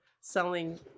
selling